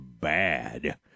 bad